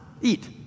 eat